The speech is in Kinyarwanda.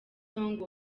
song